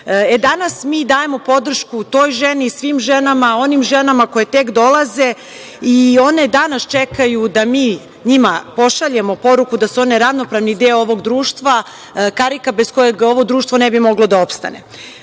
danas mi dajemo podršku toj ženi i svim ženama, onim ženama koje tek dolaze i one danas čekaju da mi njima pošaljemo poruku da su one ravnopravni deo ovog društva, karika bez koje ovo društvo ne bi moglo da